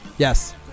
Yes